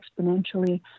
exponentially